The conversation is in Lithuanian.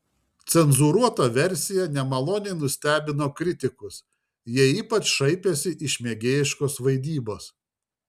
cenzūruota versija nemaloniai nustebino kritikus jie ypač šaipėsi iš mėgėjiškos vaidybos